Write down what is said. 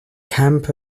camp